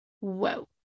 whoa